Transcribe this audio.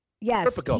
yes